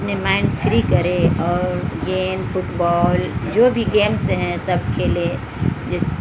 اپنے mind free کریں اور گیم فٹ بال جو بھی گیمز ہیں سب کھیلیں جس